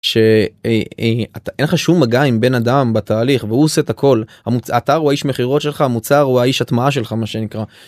שאין לך שום מגע עם בן אדם בתהליך והוא עושה את הכל האתר הוא האיש מחירות שלך המוצר הוא האיש הטמעה שלך מה שנקרא.